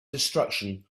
destruction